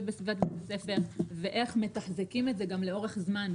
בסביבת בית הספר ואיך מתחזקים את זה גם לאורך זמן,